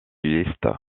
liste